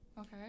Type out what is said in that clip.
Okay